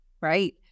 Right